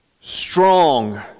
strong